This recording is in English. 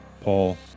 Paul